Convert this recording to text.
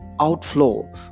outflow